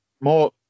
more